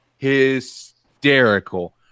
hysterical